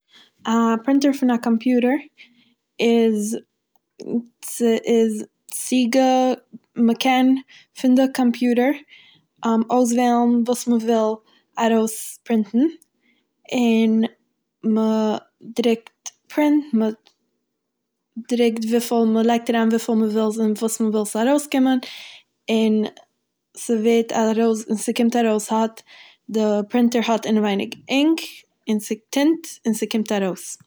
א פרינטער פון א קאמפיוטער איז- ס'איז צוגע- מ'קען פון די קאמפיוטער אויסוועלן וואס מ'וויל ארויספרינטן, און מ'דרוקט פרינט מ'דרוקט וויפיל- לייגט אריין וויפיל מ'וויל און וואס מ'וויל ס'זאל ארויסקומען און ס'ווערט ארויס- ס'קומט ארויס ס'האט די פרינטער האט אינעווייניג אינק און ס'- טינט און ס'קומט ארויס.